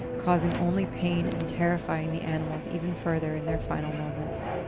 causing only pain and terrifying the animals even further in their final moments.